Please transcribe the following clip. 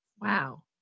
wow